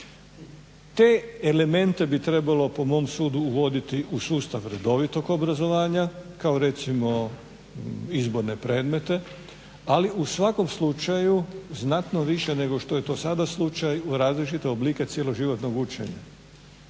Te elemente bi trebalo po mom sudu uvoditi u sustav redovitog obrazovanja, kao recimo izborne predmete ali u svakom slučaju znatno više nego što je to sada slučaj u različite oblike cjeloživotnom učenja.